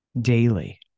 daily